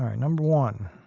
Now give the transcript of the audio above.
um number one.